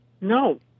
No